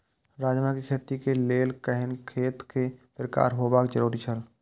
राजमा के खेती के लेल केहेन खेत केय प्रकार होबाक जरुरी छल?